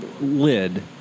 lid